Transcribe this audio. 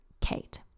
Kate